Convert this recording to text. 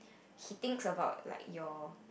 he thinks about like your